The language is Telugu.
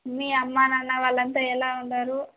మీ అమ్మ నాన్న వాళ్ళంతా ఎలా ఉన్నారు